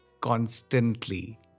Constantly